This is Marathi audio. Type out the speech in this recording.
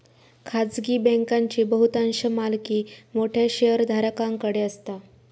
खाजगी बँकांची बहुतांश मालकी मोठ्या शेयरधारकांकडे असता